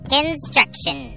Construction